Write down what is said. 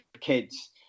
kids